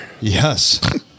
Yes